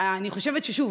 אני חושבת, שוב,